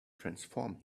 transform